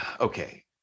okay